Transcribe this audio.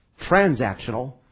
transactional